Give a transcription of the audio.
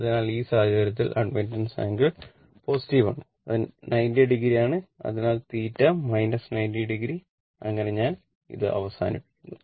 അതിനാൽ ഈ സാഹചര്യത്തിൽ അഡ്മിറ്റാൻസ് ആംഗിൾ പോസിറ്റീവ് ആണ് അത് 90 o ആണ് അതിനാൽ θ 90 o അങ്ങനെ ഞാൻ ഇത് അവസാനിപ്പിക്കുന്നു